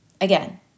again